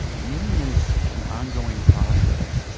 meaning is an ongoing process.